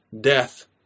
death